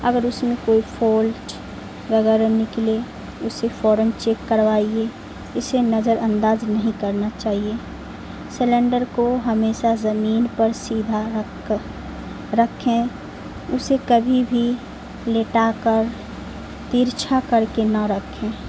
اگر اس میں کوئی فولٹ وغیرہ نکلے اسے فوراً چیک کروائیے اسے نظر انداز نہیں کرنا چاہیے سلینڈر کو ہمیشہ زمین پر سیدھا رکھ کر رکھیں اسے کبھی بھی لیٹا کر ترچھا کر کے نہ رکھیں